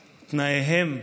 שתנאיהם,